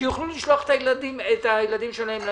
שיוכלו לשלוח את הילדים שלהם למעונות.